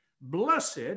blessed